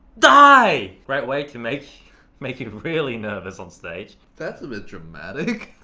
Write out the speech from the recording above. die! right way to make make you really nervous on stage. that's a bit dramatic.